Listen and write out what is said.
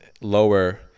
lower